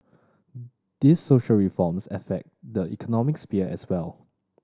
these social reforms affect the economic sphere as well